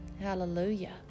Hallelujah